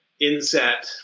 inset